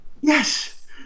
Yes